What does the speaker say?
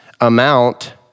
amount